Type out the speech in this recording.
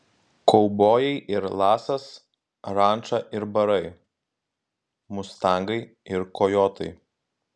kaubojai ir lasas ranča ir barai mustangai ir kojotai